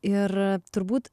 ir turbūt